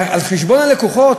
על חשבון הלקוחות.